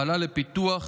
פעלה לפיתוח